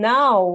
now